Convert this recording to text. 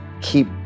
keep